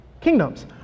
kingdoms